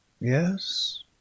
Yes